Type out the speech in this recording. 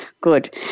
good